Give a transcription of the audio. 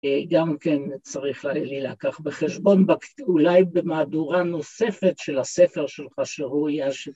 גם כן צריך להלקח בחשבון, אולי במהדורה נוספת של הספר שלך, שהוא יש...